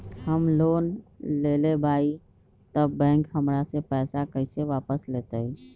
हम लोन लेलेबाई तब बैंक हमरा से पैसा कइसे वापिस लेतई?